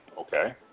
Okay